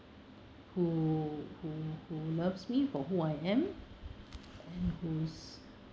who who who loves me for who I am and who is